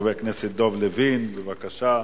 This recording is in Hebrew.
חבר הכנסת דב לוין, בבקשה.